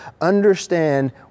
understand